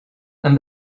and